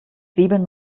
zwiebeln